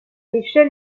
michel